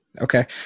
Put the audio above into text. okay